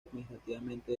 administrativamente